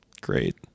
Great